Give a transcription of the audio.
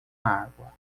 água